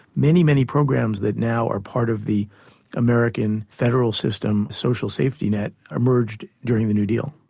many, many programs that now are part of the american federal system social safety net emerged during the new deal.